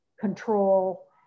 control